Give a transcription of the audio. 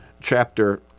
chapter